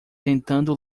tentando